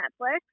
Netflix